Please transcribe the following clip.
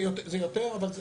זה יותר.